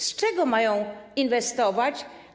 Z czego mają inwestować?